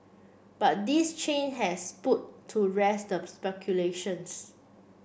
but this change has put to rest speculations